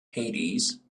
hades